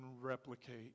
replicate